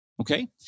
Okay